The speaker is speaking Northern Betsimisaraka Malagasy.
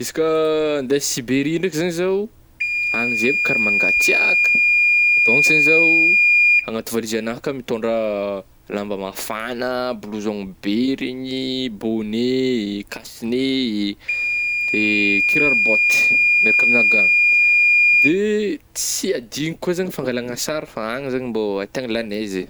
Izy ka andeha Siberia ndraiky zany zaho, agny zepy ka rah mangatsiàka daonko zegny zaho, agnaty valizy agnah ka mitôndra lamba mafagna, bouson be regny, bonnet, cache nez eh, de kiraro baoty miaraka aminah gants, de tsy adigno koà zany fangalagna sary fa agny zany mbô ahitagna lanezy.